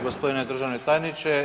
Gospodine državni tajniče.